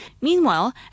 Meanwhile